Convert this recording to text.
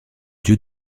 dieu